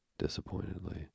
Disappointedly